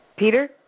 Peter